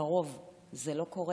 לרוב זה לא קורה.